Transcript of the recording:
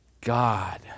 God